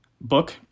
book